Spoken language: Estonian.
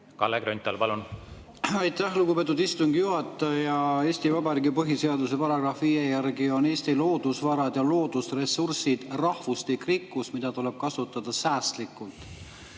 Kalle Grünthal, palun! Aitäh, lugupeetud istungi juhataja! Eesti Vabariigi põhiseaduse § 5 järgi on Eesti loodusvarad ja loodusressursid rahvuslik rikkus, mida tuleb kasutada säästlikult.